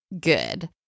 good